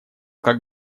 как